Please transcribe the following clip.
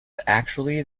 actually